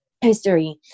history